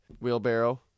wheelbarrow